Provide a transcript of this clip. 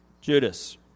Judas